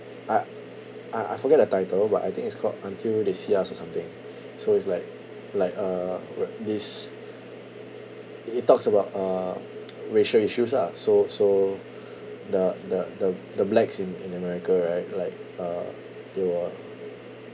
I I I forget the title but I think it's called until they see us or something so it's like like uh wh~ this it it talks about uh racial issues ah so so the the the the blacks in in america right like uh they were